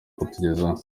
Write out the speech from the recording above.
kutugezaho